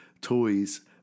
toys